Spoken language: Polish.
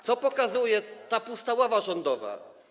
Co pokazuje ta pusta ława rządowa?